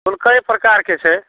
फूल कएक प्रकारके छै